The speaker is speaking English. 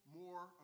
more